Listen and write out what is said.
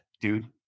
dude